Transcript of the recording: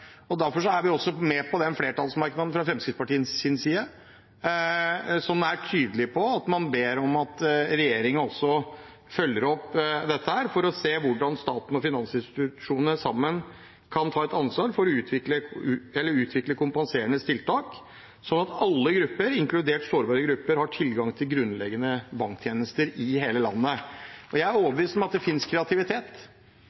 Derfor er vi fra Fremskrittspartiets side med på den flertallsmerknaden som er tydelig på at man ber regjeringen følge opp dette for å se hvordan staten og finansinstitusjonene sammen kan ta ansvar for å utvikle kompenserende tiltak, slik at alle, inkludert sårbare grupper, har tilgang til grunnleggende banktjenester i hele landet. Jeg er